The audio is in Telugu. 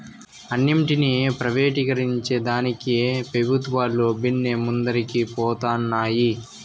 అన్నింటినీ ప్రైవేటీకరించేదానికి పెబుత్వాలు బిన్నే ముందరికి పోతన్నాయి